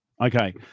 Okay